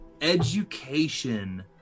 education